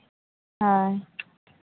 ᱦᱳᱭ